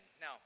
Now